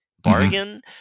bargain